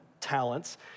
talents